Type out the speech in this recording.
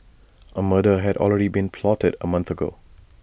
A murder had already been plotted A month ago